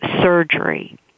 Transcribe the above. surgery